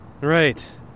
Right